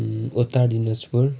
Uttar Dinajpur